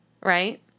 right